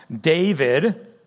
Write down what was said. David